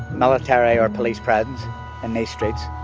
military or police presence in these streets.